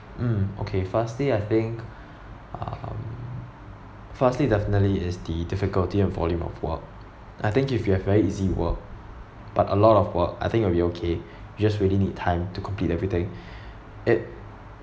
mm okay firstly I think um firstly definitely is the difficulty and volume of work I think if you have very easy work but a lot of work I think you'll be okay because really need time to complete everything it